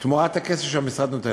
תמורת הכסף שהמשרד נותן.